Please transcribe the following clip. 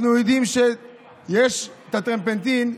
אנחנו יודעים שיש את הטרפנטין,